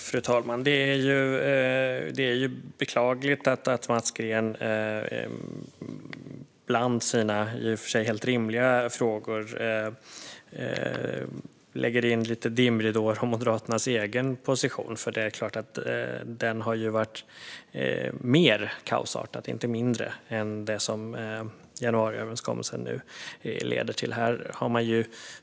Fru talman! Det är beklagligt att Mats Green bland sina i och för sig helt rimliga frågor lägger in lite dimridåer om Moderaternas egen position, för den har ju varit mer kaosartad, inte mindre, än det som januariöverenskommelsen leder till.